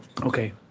Okay